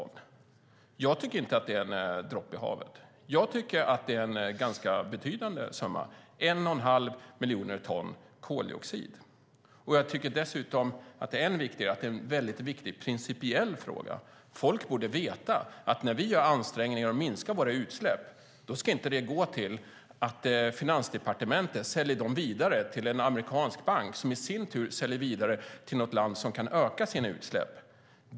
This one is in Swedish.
Jag tycker inte att det är en droppe i havet. Jag tycker att det är en ganska betydande summa: 1 1⁄2 miljon ton koldioxid. Jag tycker dessutom att det är en väldigt viktig principiell fråga. Folk borde veta. När vi gör ansträngningar och minskar våra utsläpp ska inte Finansdepartementet sälja det vidare till en amerikansk bank, som i sin tur säljer det vidare till något land som kan öka sina utsläpp.